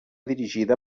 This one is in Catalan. dirigida